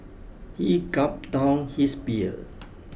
he gulped down his beer